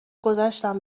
گذشتم